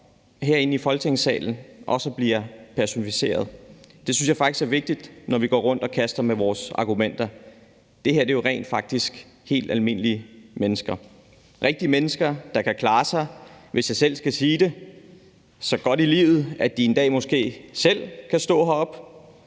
herinde i Folketingssalen, også bliver personificeret. Det synes jeg faktisk er vigtigt, når vi kaster rundt med vores argumenter. Det her er jo rent faktisk helt almindelige mennesker. Rigtige mennesker, der kan klare sig så godt i livet, hvis jeg selv skal sige det, at de en dag måske selv kan stå heroppe.